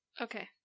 Okay